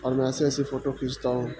اور میں ایسے ایسے فوٹو کھینچتا ہوں